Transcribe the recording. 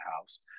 house